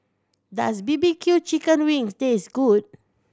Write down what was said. does B B Q chicken wings taste good